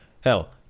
Hell